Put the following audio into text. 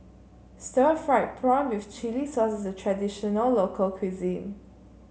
Stir Fried Prawn with Chili Sauce is a traditional local cuisine